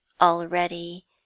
Already